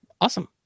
awesome